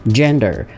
gender